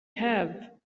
have